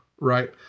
right